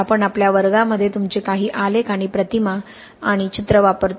आपण आपल्या वर्गांमध्ये तुमचे काही आलेख आणि प्रतिमा आणि चित्रे वापरतो